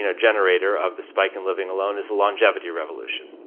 you know generator of the spike in living alone is the longevity revolution.